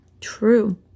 True